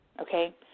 Okay